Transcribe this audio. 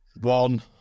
One